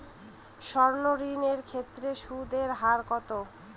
সর্ণ ঋণ এর ক্ষেত্রে সুদ এর হার কত?